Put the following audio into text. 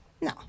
No